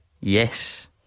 Yes